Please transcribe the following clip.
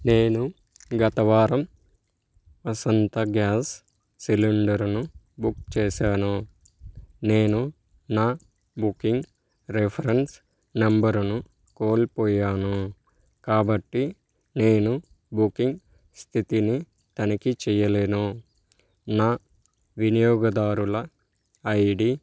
నేను గత వారం వసంత గ్యాస్ సిలిండర్ను బుక్ చేసాను నేను నా బుకింగ్ రిఫ్రెన్స్ నంబరును కోల్పోయాను కాబట్టి నేను బుకింగ్ స్థితిని తనిఖీ చెయ్యలేను నా వినియోగదారుల ఐడి